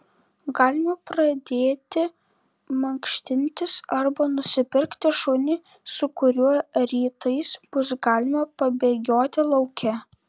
galima pradėti mankštintis arba nusipirkti šunį su kuriuo rytais bus galima pabėgioti lauke